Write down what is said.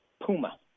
Puma